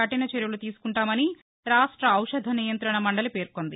కఠిన చర్యలు తీసుకుంటామని రాష్ట ఔషధ నియంతణ మండలి పేర్కొంది